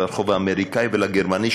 לרחוב האמריקני ולגרמני,